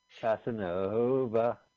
Casanova